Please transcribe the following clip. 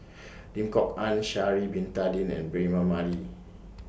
Lim Kok Ann Sha'Ari Bin Tadin and Braema Mathi